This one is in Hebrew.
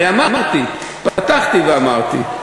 הרי אמרתי, פתחתי ואמרתי.